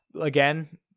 Again